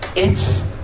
it's